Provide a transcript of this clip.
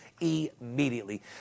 immediately